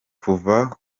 kuva